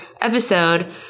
episode